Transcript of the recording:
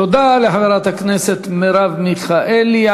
תודה לחברת הכנסת מרב מיכאלי.